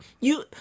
You-